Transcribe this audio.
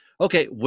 Okay